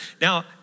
Now